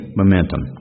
momentum